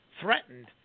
threatened